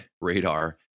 radar